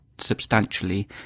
substantially